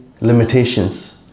limitations